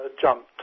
jumped